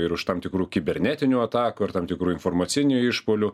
ir už tam tikrų kibernetinių atakų ir tam tikrų informacinių išpuolių